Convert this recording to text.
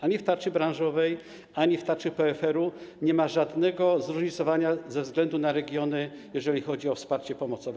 Ani w tarczy branżowej, ani w tarczy PFR-u nie ma żadnego zróżnicowania ze względu na regiony, jeżeli chodzi o wsparcie pomocowe.